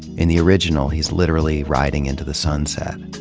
in the original, he's literally riding into the sunset.